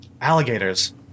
Alligators